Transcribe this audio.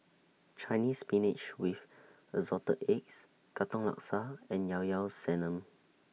Chinese Spinach with Assorted Eggs Katong Laksa and Llao Llao Sanum